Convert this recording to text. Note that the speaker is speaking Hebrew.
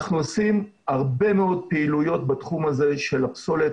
אנחנו עושים הרבה מאוד פעילויות בתחום הזה של הפסולת,